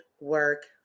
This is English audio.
work